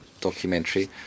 documentary